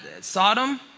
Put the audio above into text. Sodom